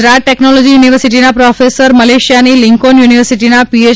Gujarat technology યુનિવર્સિટીના professor મલેશિયાની Lincoln યુનિવર્સિટીના પીએચ